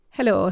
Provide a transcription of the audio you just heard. Hello